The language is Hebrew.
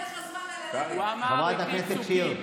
יהיה לך זמן, חברת הכנסת שיר.